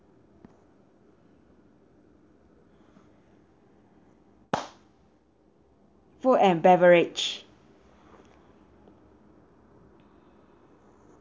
food and beverage